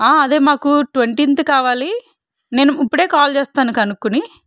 ఆ అదే మాకు ట్వంటీన్త్ కావాలి నేను ఇప్పుడే కాల్ చేస్తాను కనుక్కుని